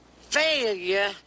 failure